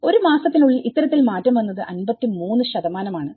ഒരുമാസത്തിനുള്ളിൽ ഇത്തരത്തിൽ മാറ്റം വന്നത് 53 ആണ്